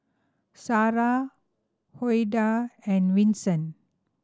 Sara Ouida and Vincent